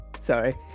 Sorry